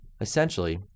Essentially